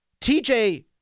TJ